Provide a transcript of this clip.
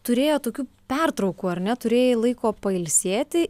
turėjo tokių pertraukų ar ne turėjai laiko pailsėti